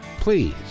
Please